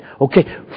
okay